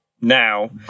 now